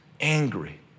angry